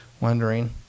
wondering